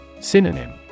Synonym